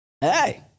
Hey